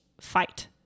fight